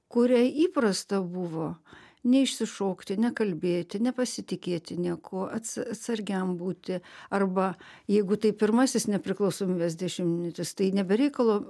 kuriai įprasta buvo neišsišokti nekalbėti nepasitikėti niekuo atsargiam būti arba jeigu tai pirmasis nepriklausomybės dešimtmetis tai ne be reikalo